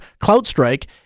CloudStrike